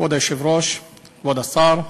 כבוד היושב-ראש, כבוד השר,